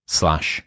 slash